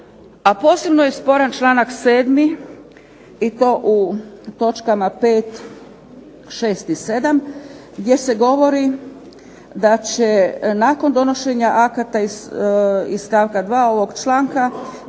A posebno je sporan čl. 7. i to u točkama 5., 6. i 7. gdje se govori da će nakon donošenja akata iz stavka 2. ovog članka